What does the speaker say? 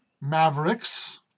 mavericks